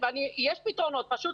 כי אם אנחנו לא היינו פונים לבית הדין ולא